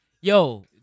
Yo